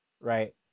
right